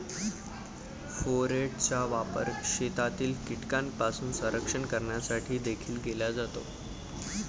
फोरेटचा वापर शेतातील कीटकांपासून संरक्षण करण्यासाठी देखील केला जातो